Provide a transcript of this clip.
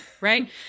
right